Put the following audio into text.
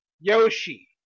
Yoshi